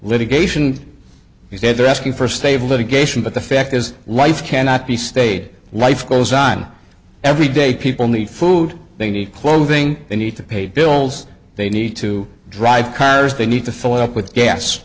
litigation he said they're asking for stable litigation but the fact is life cannot be stayed life goes on every day people need food they need clothing they need to pay bills they need to drive cars they need to fill up with gas